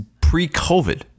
pre-COVID